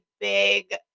big